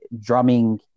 drumming –